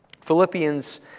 Philippians